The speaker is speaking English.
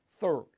Third